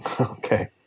okay